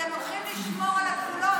אתם הולכים לשמור על הגבולות.